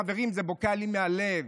חברים, זה בוקע לי מהלב.